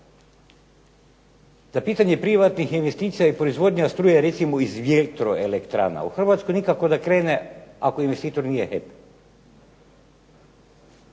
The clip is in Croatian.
da pitanje privatnih investicija i proizvodnja struje recimo iz vjetro elektrana u Hrvatskoj nikako da krene ako investitor nije HEP.